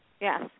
yes